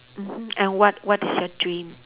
mmhmm and what what is your dream